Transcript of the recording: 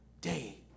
day